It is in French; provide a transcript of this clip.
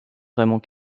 vraiment